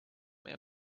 meie